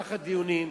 במהלך הדיונים,